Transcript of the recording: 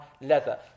leather